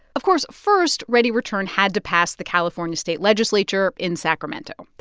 of course, first, readyreturn had to pass the california state legislature in sacramento.